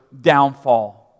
downfall